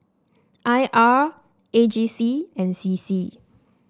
I R A G C and C C